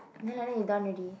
then like that you done already